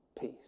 peace